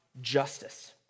justice